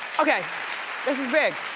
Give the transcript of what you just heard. okay this is big.